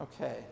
Okay